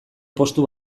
postu